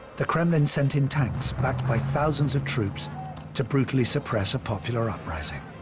the kremlin sent in tanks backed by thousands of troops to brutally suppress a popular uprising.